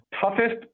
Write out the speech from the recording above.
Toughest